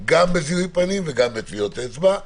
גם בזיהוי פנים וגם בטביעות אצבע,